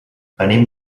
venim